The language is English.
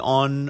on